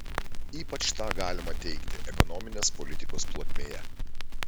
ypač tą galima teigti ekonominės politikos plotmėje